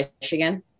Michigan